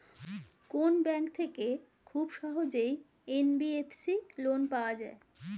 কোন ব্যাংক থেকে খুব সহজেই এন.বি.এফ.সি লোন পাওয়া যায়?